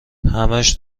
همش